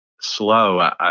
slow